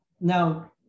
Now